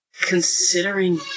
considering